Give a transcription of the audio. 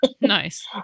Nice